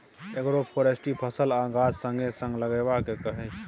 agroforestry फसल आ गाछ संगे संग लगेबा केँ कहय छै